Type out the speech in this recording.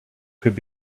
could